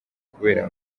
kubera